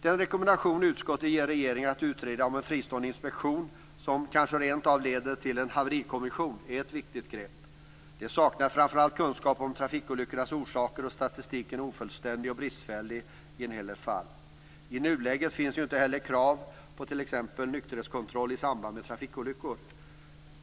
Den rekommendation utskottet ger regeringen att utreda om en fristående inspektion, som kanske rentav leder till en haverikommission, är ett viktigt grepp. Det saknas kunskap om trafikolyckornas orsaker, och statistiken är i en hel del fall ofullständig och bristfällig. I nuläget finns inte heller krav på t.ex. nykterhetskontroll i samband med trafikolyckor.